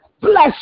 bless